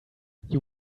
you